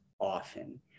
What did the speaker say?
often